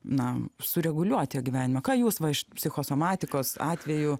na sureguliuoti jo gyvenimą ką jūs va iš psichosomatikos atvejų